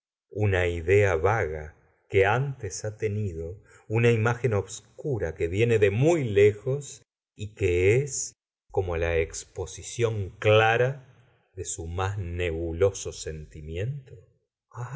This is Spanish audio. una idea vaga que antes ha tenido una imagen obscura que viene de muy lejos y que es como la exposición clara de su más nebuloso